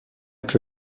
que